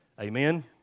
Amen